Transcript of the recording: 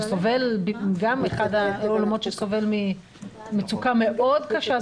גם אחד העולמות שסובל ממצוקה מאוד קשה,